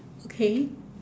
okay